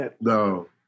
No